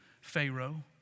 Pharaoh